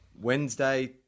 Wednesday